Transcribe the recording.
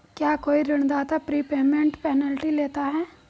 क्या कोई ऋणदाता प्रीपेमेंट पेनल्टी लेता है?